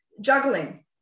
juggling